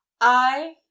I